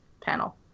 panel